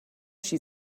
she